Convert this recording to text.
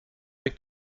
avec